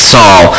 Saul